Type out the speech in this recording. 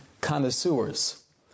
connoisseurs